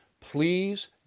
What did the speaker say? please